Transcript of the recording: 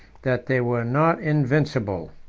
that they were not invincible.